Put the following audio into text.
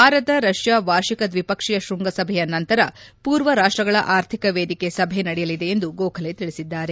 ಭಾರತ ರಷ್ನಾ ವಾರ್ಷಿಕ ದ್ವಿಪಕ್ಷೀಯ ಶೃಂಗಸಭೆಯ ನಂತರ ಪೂರ್ವ ರಾಷ್ಟಗಳ ಆರ್ಥಿಕ ವೇದಿಕೆ ಸಭೆ ನಡೆಯಲಿದೆ ಎಂದು ಗೋಖಲೆ ತಿಳಿಸಿದರು